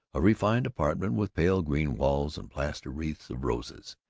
a refined apartment with pale green walls and plaster wreaths of roses,